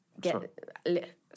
get